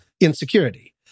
insecurity